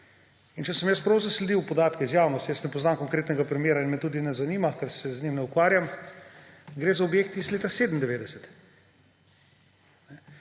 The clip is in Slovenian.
In če sem jaz prav zasledil podatke iz javnosti, jaz ne poznam konkretnega primera, me tudi ne zanima, ker se z njim ne ukvarjam, gre za objekt iz leta 1997.